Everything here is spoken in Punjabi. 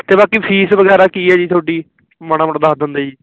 ਅਤੇ ਬਾਕੀ ਫੀਸ ਵਗੈਰਾ ਕੀ ਹੈ ਜੀ ਤੁਹਾਡੀ ਮਾੜਾ ਮੋਟਾ ਦੱਸ ਦਿੰਦੇ ਜੀ